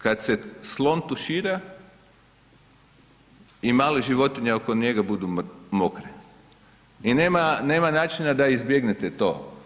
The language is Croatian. Kada se slon tušira i male životinje oko njega budu mokre i nema načina da izbjegnete to.